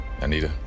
Anita